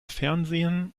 fernsehen